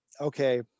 okay